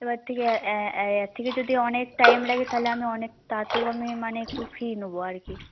এবার থেকে এর থেকে যদি অনেক টাইম লাগে তাহলে আমি অনেক তাতেও আমি মানে একটু ফি নেব আর কি